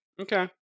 Okay